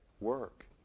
work